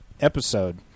episode